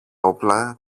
όπλα